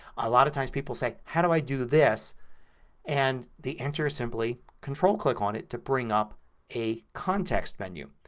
a lot of times people say how do i do this and the answer is simply control click on it to bring up a context menu.